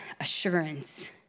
assurance